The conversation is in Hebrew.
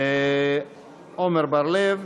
עמר בר-לב,